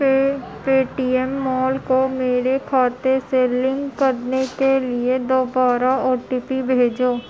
پے Paytm mall کو میرے کھاتے سے لنک کرنے کے لیے دوبارہ او ٹی پی بھیجو